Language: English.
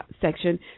section